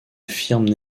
affirment